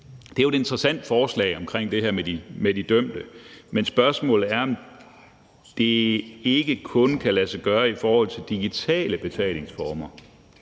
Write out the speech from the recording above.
det jo er et interessant forslag om det her med de dømte, men spørgsmålet er, om det ikke kun kan lade sig gøre i forhold til digitale betalingsformer.